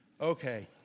okay